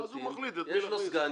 יש לו סגן,